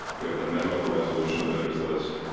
we have the memo, the resolution, the bidder's list,